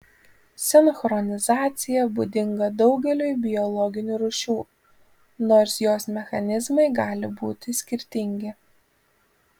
sinchronizacija būdinga daugeliui biologinių rūšių nors jos mechanizmai gali būti skirtingi